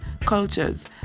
cultures